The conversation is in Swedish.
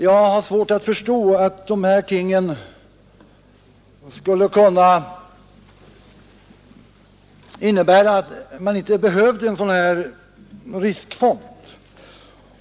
Jag har svårt att förstå att de här tingen skulle kunna innebära att man inte behöver en riskfond.